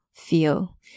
feel